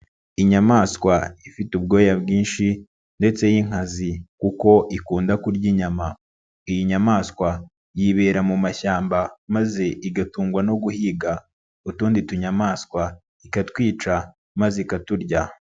Inyamaswa ifite ubwoya bwinshi ndetse y'inkazi kuko ikunda kurya inyama, iyi nyamaswa yibera mu mashyamba maze igatungwa no guhiga utundi tunyamaswa, ikatwica maze ikaturya.